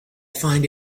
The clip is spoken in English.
find